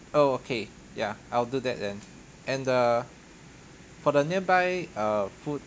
oh okay yeah I'll do that then and uh for the nearby uh food